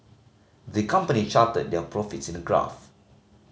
the company charted their profits in a graph